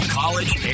college